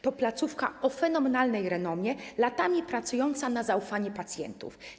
To placówka o fenomenalnej renomie, latami pracująca na zaufanie pacjentów.